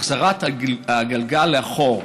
החזרת הגלגל לאחור.